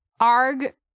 arg